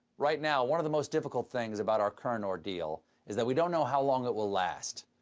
right now, one of the most difficult things about our current ordeal is that we don't know how long it will last.